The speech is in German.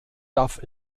darf